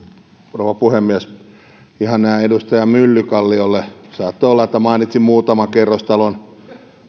rouva puhemies ihan näin edustaja myllykalliolle saattoi olla että mainitsin muutaman kerrostalon